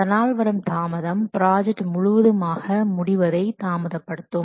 அதனால் வரும் தாமதம் ப்ராஜெக்ட் முழுவதுமாக முடிவதை தாமதப்படுத்தும்